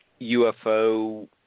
UFO